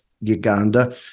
uganda